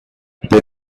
they